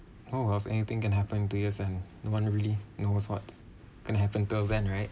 oh !wow! anything going to happen in two years and no one really knows what's going to happen till it went right